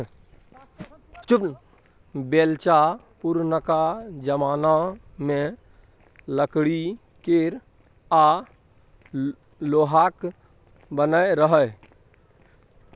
बेलचा पुरनका जमाना मे लकड़ी केर आ लोहाक बनय रहय